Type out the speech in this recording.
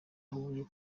huye